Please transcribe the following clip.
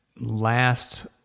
last